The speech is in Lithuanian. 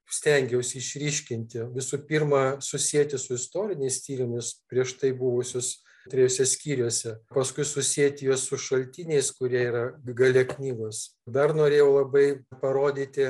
stengiaus išryškinti visų pirma susieti su istoriniais tyrimus prieš tai buvusius trijuose skyriuose paskui susiet juos su šaltiniais kurie yra gale knygos dar norėjau labai parodyti